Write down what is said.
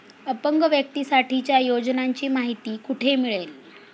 अपंग व्यक्तीसाठीच्या योजनांची माहिती कुठे मिळेल?